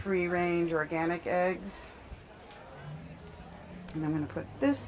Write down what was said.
free range organic eggs and i'm going to put this